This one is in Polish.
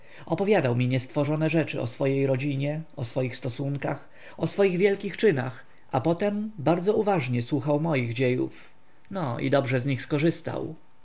opowiadał mi niestworzone rzeczy o swojej rodzinie o swoich stosunkach o swoich wielkich czynach a potem bardzo uważnie słuchał moich dziejów no i dobrze z nich skorzystał